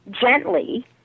gently